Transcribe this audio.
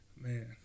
Man